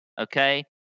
okay